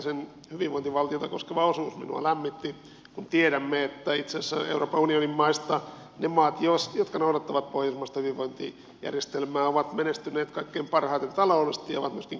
sen hyvinvointivaltiota koskeva osuus minua lämmitti kun tiedämme että itse asiassa euroopan unionin maista ne maat jotka noudattavat pohjoismaista hyvinvointijärjestelmää ovat menestyneet kaikkein parhaiten taloudellisesti ja ovat myöskin kilpailukykyisimpiä